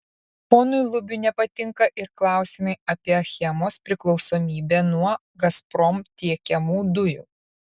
ponui lubiui nepatinka ir klausimai apie achemos priklausomybę nuo gazprom tiekiamų dujų